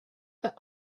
that